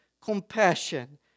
compassion